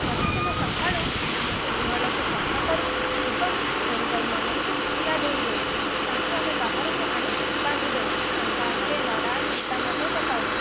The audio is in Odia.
ପ୍ରତିଦିନ ସକାଳୁ ଆମେ ସେ ଗୁହାଳକୁ ସଫା କରୁ ଏବଂ ଗୋରୁଗାଈମାନଙ୍କୁ ଗାଧୋଇ ଦେଉ ତାଙ୍କୁ ଆମେ ବାହାରକୁ ଆଣି ବାନ୍ଧି ଦେଉ ତାଙ୍କ ଆଗରେ ନଡ଼ା କୁଟା ମଧ୍ୟ ପକାଉ